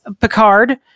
Picard